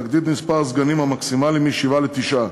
להגדיל את מספר הסגנים המקסימלי משבעה לתשעה.